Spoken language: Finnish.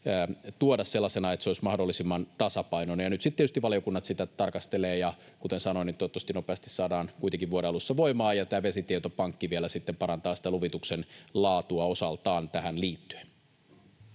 tuoda sellaisena, että se olisi mahdollisimman tasapainoinen, ja nyt sitten tietysti valiokunnat sitä tarkastelevat. Kuten sanoin, toivottavasti se saadaan nopeasti kuitenkin vuoden alussa voimaan, ja tämä vesitietopankki vielä sitten parantaa sitä luvituksen laatua osaltaan tähän liittyen.